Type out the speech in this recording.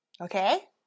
Okay